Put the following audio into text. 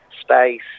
space